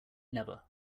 never